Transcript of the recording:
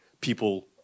people